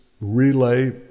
relay